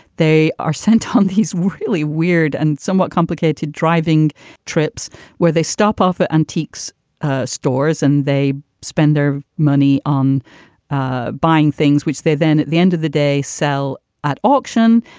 they are sent home. he's really weird and somewhat complicated driving trips where they stop off at antiques stores and they spend their money on ah buying things which they then at the end of the day, sell at auction.